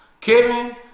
Kevin